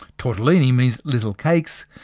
tortellini means little cakes,